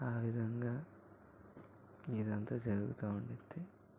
ఆ విధంగా ఇదంతా జరుగుతూ ఉండుద్ది